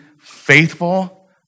faithful